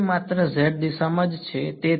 વિદ્યાર્થી